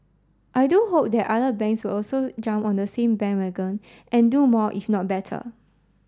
I do hope that other banks will also jump on the same bandwagon and do more if not better